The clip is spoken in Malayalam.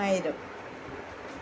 ആയിരം